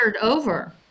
over